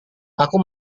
aku